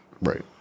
right